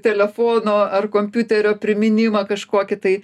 telefono ar kompiuterio priminimą kažkokį tai